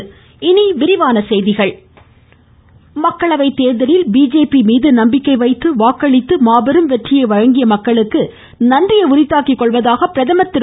மமமமமம பிரதம் மக்களவைத் தேர்தலில் பிஜேபி மீது நம்பிக்கை வைத்து வாக்களித்து மாபெரும் வெற்றியை வழங்கிய மக்களுக்கு நன்றியை உரித்தாக்கிக் கொள்வதாக பிரதமா திரு